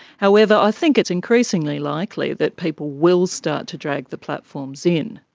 however, i think it's increasingly likely that people will start to drag the platforms in.